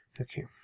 Okay